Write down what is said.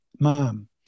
Mom